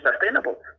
sustainable